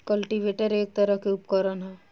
cultivator एक तरह के उपकरण ह